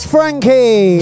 Frankie